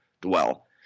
dwell